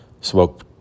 smoke